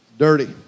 Dirty